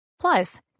Plus